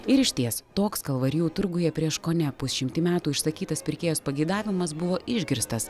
ir išties toks kalvarijų turguje prieš kone pusšimtį metų išsakytas pirkėjos pageidavimas buvo išgirstas